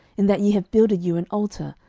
in that ye have builded you an altar,